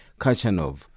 Kachanov